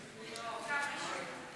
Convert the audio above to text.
מתקפת הטרור והרצח ההמוני בניס שבצרפת,